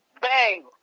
Bang